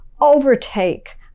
overtake